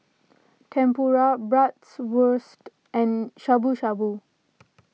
Tempura Bratwurst and Shabu Shabu